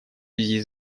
связи